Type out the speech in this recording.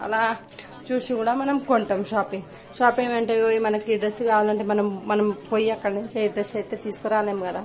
అలా చూసి కూడా మనం కొంటాం షాపింగ్ షాపింగ్ అంటే ఇగో మనకి డ్రెస్ కావాలంటే మనం మనం పోయి అక్కడ నుంచి అయితే ఈ డ్రెస్ అయితే తీసుకురాలేం కదా